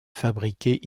fabriquées